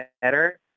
better